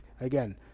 again